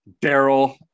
Daryl